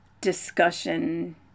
discussion